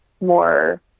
more